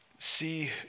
see